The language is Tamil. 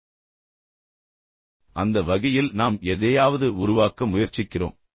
எனவே அந்த வகையில் நாம் எதையாவது உருவாக்க முயற்சிக்கிறோம்